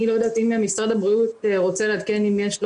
אני לא יודעת אם משרד הבריאות רוצה לעדכן אם יש לו